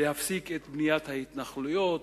להפסיק את בניית ההתנחלויות.